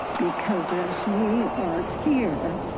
because as we are here,